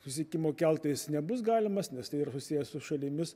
susisiekimo keltais nebus galimas nes tai yra susiję su šalimis